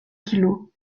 kilos